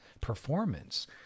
performance